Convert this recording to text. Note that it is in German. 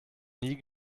nie